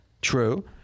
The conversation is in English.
True